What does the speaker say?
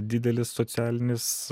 didelis socialinis